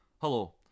Hello